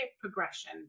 progression